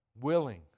willing